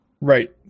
Right